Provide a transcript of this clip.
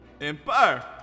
Empire